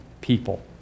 people